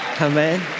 Amen